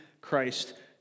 Christ